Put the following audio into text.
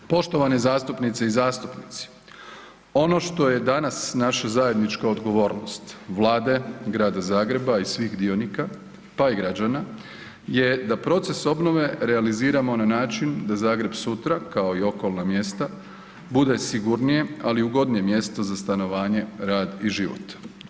Poštovane zastupnice i zastupnici, ono što je danas naša zajednička odgovornost vlade, Grada Zagreba i svih dionika, pa i građana je da proces obnove realiziramo na način da Zagreb sutra, kao i okolna mjesta, bude sigurnije, ali ugodnije mjesto za stanovanje, rad i život.